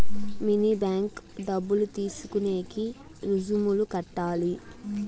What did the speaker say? mini bank డబ్బులు తీసుకునేకి రుసుములు కట్టాలి